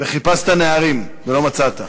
וחיפשת נערים ולא מצאת.